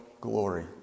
glory